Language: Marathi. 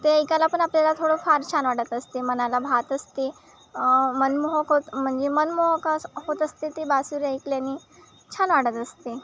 ते ऐकायला पण आपल्याला थोडं फार छान वाटत असते मनाला भावत असते मनमोहक होत म्हणजे मनमोहक असं होत असते ते बासरी ऐकल्याने छान वाटत असते